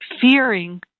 fearing